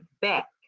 back